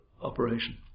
Operation